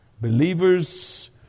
Believers